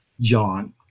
John